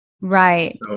Right